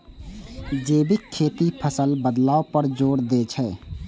जैविक खेती फसल बदलाव पर जोर दै छै